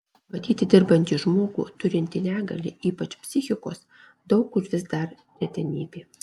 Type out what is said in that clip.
matyti dirbantį žmogų turintį negalią ypač psichikos daug kur vis dar retenybė